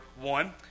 one